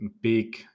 big